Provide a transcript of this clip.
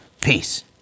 Peace